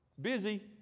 busy